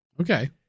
Okay